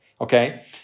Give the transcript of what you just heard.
okay